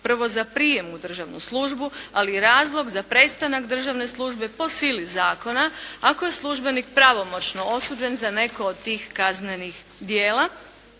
prvo za prijem u državnu službu, ali i razlog za prestanak državne službe po sili zakona ako je službenik pravomoćno osuđen za neko od tih kaznenih djela.